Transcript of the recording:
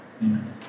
Amen